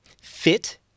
fit